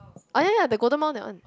ah ya ya the Golden-Mile that one